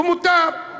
ומותר.